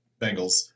Bengals